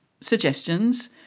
suggestions